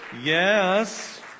Yes